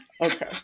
Okay